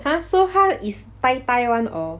!huh! so 他 is 呆呆 [one] or